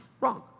wrong